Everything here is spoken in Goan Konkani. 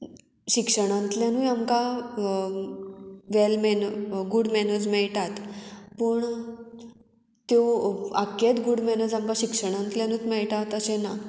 शिक्षणांतल्यानूय आमकां वेल मॅन गूड मॅनर्स मेळटात पूण त्यो आख्खेच गूड मॅनर्स आमकां शिक्षणांतल्यानूच मेळटात अशें ना